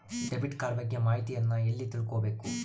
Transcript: Debit card ಬಗ್ಗೆ ಮಾಹಿತಿಯನ್ನ ಎಲ್ಲಿ ತಿಳ್ಕೊಬೇಕು?